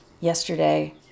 Yesterday